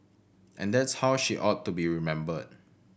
and that's how she ought to be remembered